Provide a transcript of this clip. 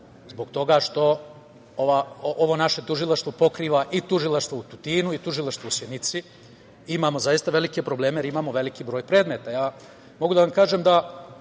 zbog toga što ovo naše tužilaštvo pokriva i Tužilaštvo u Tutinu i Tužilaštvo u Sjenici. Imamo velike probleme jer imamo veliki broj predmeta.